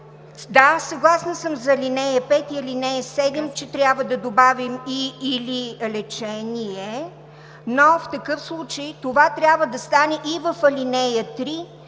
Да, съгласна съм за ал. 5 и ал. 7, че трябва да добавим „и/или лечение“, но в такъв случай това трябва да стане и в ал. 3,